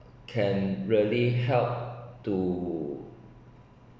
can really help to